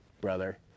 brother